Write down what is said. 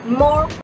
more